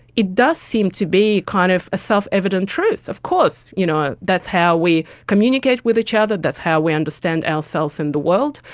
it does seem to be kind of a self-evident truth. of course you know that's how we communicate with each other, that's how we understand ourselves in the world.